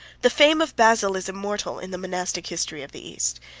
the fame of basil is immortal in the monastic history of the east.